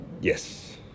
Yes